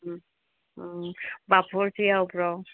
ꯎꯝ ꯎꯝ ꯄꯥꯐꯣꯔꯁꯨ ꯌꯥꯎꯕ꯭ꯔꯣ